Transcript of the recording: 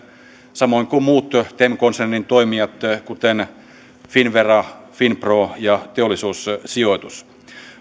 samoin kuin muut tem konsernin toimijat kuten finnvera finpro ja teollisuussijoitus